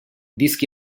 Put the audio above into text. dischi